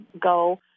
go